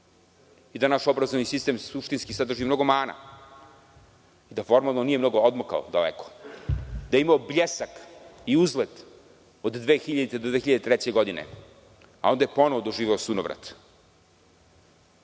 životu. Naš obrazovni sistem suštinski sadrži mnogo mana, da formalno nije mnogo odmakao daleko, da je imao bljesak i uzlet od 2000. do 2003. godine a onda ponovo doživeo sunovrat. Šta